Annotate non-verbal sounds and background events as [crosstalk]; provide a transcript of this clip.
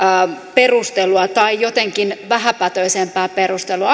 perustelua tai jotenkin vähäpätöisempää perustelua [unintelligible]